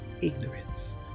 ignorance